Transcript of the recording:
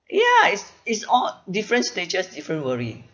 ya it's it's all different stages different worry